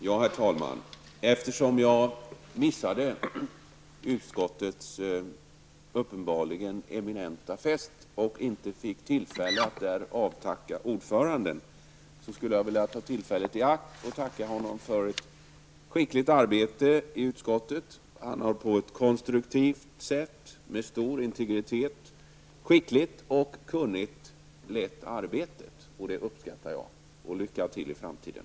Herr talman! Eftersom jag missade utskottets uppenbarligen eminenta fest och därmed inte fick tillfälle att avtacka ordföranden, så skall ja ta tillfället i akt att nu tacka honom för skickligt arbete i utskottet. Han har på ett konstruktivt sätt och med stor integritet samt skickligt och kunnigt lett arbetet. Det uppskattar jag. Lycka till i framtiden!